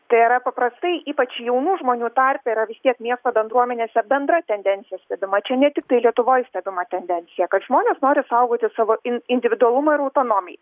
tai yra paprastai ypač jaunų žmonių tarpe yra vis tiek miesto bendruomenėse bendra tendencija stebima čia ne tiktai lietuvoj stebima tendencija kad žmonės nori saugoti savo in individualumą ir autonomiją